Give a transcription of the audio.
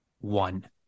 One